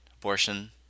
abortion